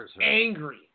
angry